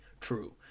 true